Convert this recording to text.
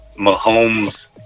Mahomes